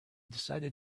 decided